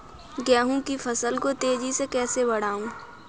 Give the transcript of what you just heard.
गेहूँ की फसल को तेजी से कैसे बढ़ाऊँ?